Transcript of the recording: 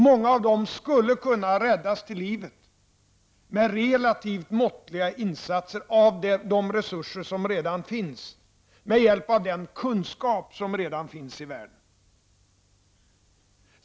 Många av dem skulle kunna räddas till livet med relativt måttliga insatser av de resurser och med hjälp av den kunskap som redan finns i världen.